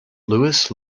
lewis